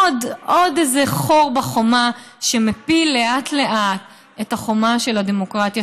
עוד איזה חור בחומה שמפיל לאט-לאט את החומה של הדמוקרטיה